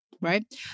Right